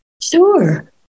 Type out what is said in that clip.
Sure